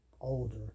older